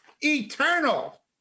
eternal